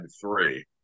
three